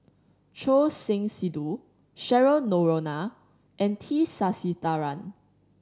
Choor Singh Sidhu Cheryl Noronha and T Sasitharan